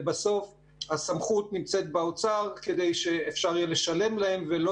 ובסוף הסמכות נמצאת באוצר כדי שאפשר יהיה לשלם להם ולא